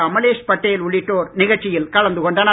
அமலேஷ் பட்டேல் உள்ளிட்டோர் நிகழ்ச்சியில் கலந்து கொண்டனர்